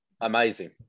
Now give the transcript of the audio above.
amazing